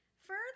Further